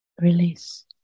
Release